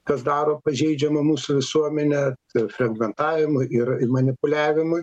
kas daro pažeidžiamą mūsų visuomenę ir fragmentavimui ir manipuliavimui